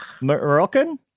Moroccan